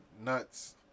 nuts